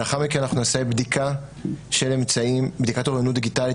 לאחר מכן אנחנו נעשה בדיקת אוריינות דיגיטלית,